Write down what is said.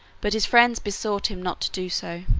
but his friends besought him not to do so.